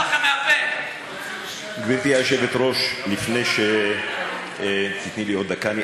גברתי היושבת-ראש, תני לי עוד דקה.